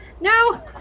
No